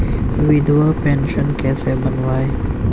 विधवा पेंशन कैसे बनवायें?